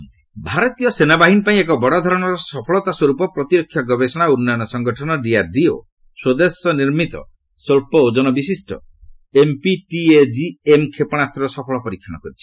DRDO missile ଭାରତୀୟ ସେନାବାହିନୀ ପାଇଁ ଏକ ବଡ଼ଧରଣର ସଫଳତା ସ୍ୱର୍ପ ପ୍ରତିରକ୍ଷା ଗବେଷଣା ଓ ଉନ୍ନୟନ ସଂଗଠନ ଡିଆର୍ଡିଓ ସ୍ୱଦେଶ ନିର୍ମିତ ସ୍ୱଚ୍ଚ ଓଜନ ବିଶିଷ୍ଟ ଏମ୍ପିଏଟିଜିଏମ୍ କ୍ଷେପଣାସ୍ତର ସଫଳ ପରୀକ୍ଷଣ କରିଛି